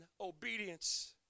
obedience